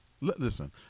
Listen